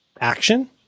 Action